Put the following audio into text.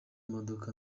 imodoka